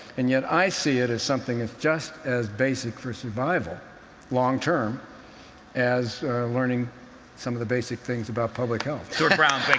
and yet i see it as something that's just as basic for survival long term as learning some of the basic things about public health. jh stuart brown,